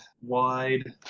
wide